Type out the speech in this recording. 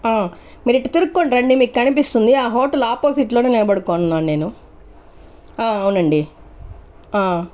మీరు ఇటు తిరుక్కోని రండి మీకు కనిపిస్తుంది ఆ హోటల్ ఆపోజిట్ లోనే నిలబడుకుని ఉన్నాను నేను అవునండి